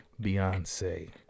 Beyonce